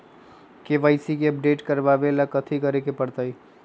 KYC के update करवावेला कथि करें के परतई?